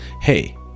Hey